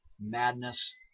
madness